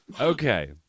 okay